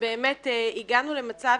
שבאמת הגענו למצב